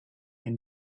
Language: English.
can